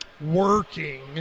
working